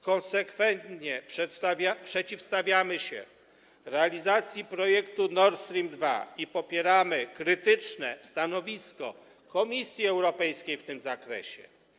Konsekwentnie przeciwstawiamy się realizacji projektu Nord Stream 2 i popieramy krytyczne stanowisko Komisji Europejskiej w tym zakresie.